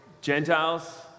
Gentiles